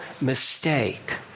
mistake